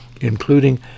including